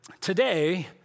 today